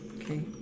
Okay